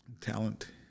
talent